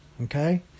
Okay